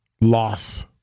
loss